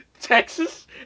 Texas